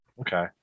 okay